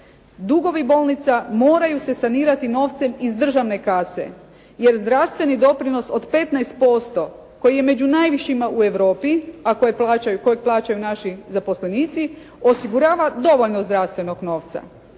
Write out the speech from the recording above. Dugovi bolnica moraju se sanirati novcem iz državne kase, jer zdravstveni doprinos od 15% koji je među najvišima u Europi, a kojeg plaćaju naši zaposlenici, osigurava dovoljno zdravstvenog novca.